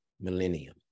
millennium